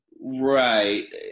Right